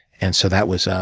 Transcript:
and so that was